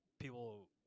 people